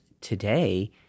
today